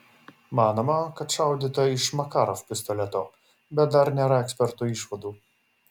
manoma kad šaudyta iš makarov pistoleto bet dar nėra ekspertų išvadų